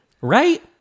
Right